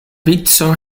vico